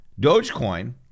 dogecoin